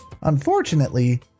unfortunately